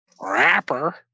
Rapper